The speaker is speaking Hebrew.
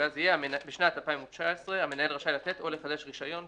ואז יהיה: בשנת 2019 המנהל רשאי לתת או לחדש רישיון,